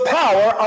power